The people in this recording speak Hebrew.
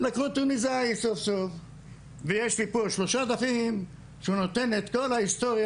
לקחו תוניסאי סוף סוף ויש לי פה שלושה דפים שהוא נותן את כל ההיסטוריה,